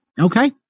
Okay